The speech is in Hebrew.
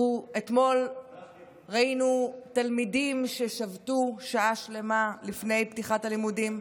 אתמול ראינו תלמידים ששבתו שעה שלמה לפני פתיחת הלימודים.